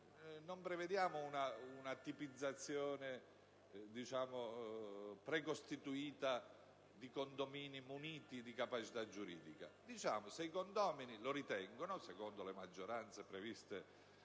Non prevediamo una tipizzazione precostituita di condomini muniti di capacità giuridica: diciamo che se i condomini lo ritengono, secondo le maggioranze previste